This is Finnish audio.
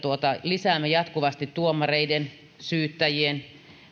lisäämme jatkuvasti tuomareiden syyttäjien